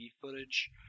footage